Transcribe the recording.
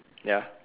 ya